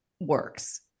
works